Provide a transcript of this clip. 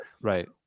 right